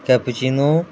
cappuccino